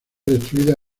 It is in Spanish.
destruida